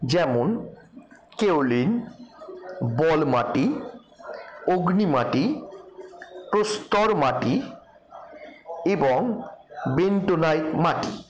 যেমন kaolin ball মাটি অগ্নি মাটি প্রস্তর মাটি এবং বেন্টনাইট মাটি